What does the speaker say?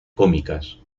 cómicas